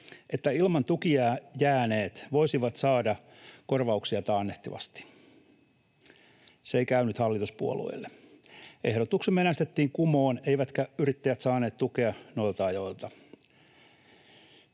että ilman tukia jääneet voisivat saada korvauksia taannehtivasti. Se ei käynyt hallituspuolueille: ehdotuksemme äänestettiin kumoon, eivätkä ne yrittäjät, joille ne kriteerit